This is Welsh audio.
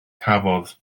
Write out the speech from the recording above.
cafodd